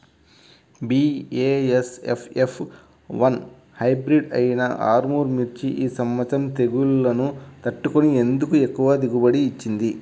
BASF F one hybrid అయినా ఆర్ముర్ మిర్చి ఈ సంవత్సరం తెగుళ్లును తట్టుకొని ఎందుకు ఎక్కువ దిగుబడి ఇచ్చింది?